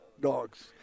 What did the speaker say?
dogs